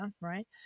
right